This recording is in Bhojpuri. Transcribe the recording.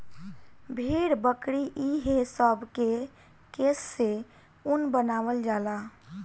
भेड़, बकरी ई हे सब के केश से ऊन बनावल जाला